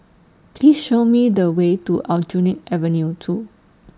Please Show Me The Way to Aljunied Avenue two